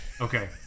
okay